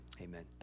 Amen